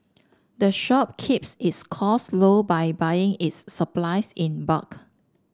the shop keeps its costs low by buying its supplies in bulk